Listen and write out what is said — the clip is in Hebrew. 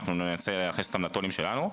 ננסה להכניס אותם לתו"לים שלנו.